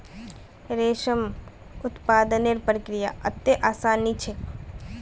रेशम उत्पादनेर प्रक्रिया अत्ते आसान नी छेक